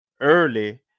early